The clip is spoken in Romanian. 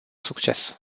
succes